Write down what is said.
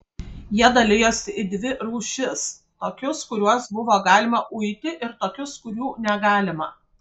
jie dalijosi į dvi rūšis tokius kuriuos buvo galima uiti ir tokius kurių negalima